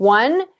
One